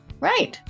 Right